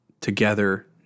together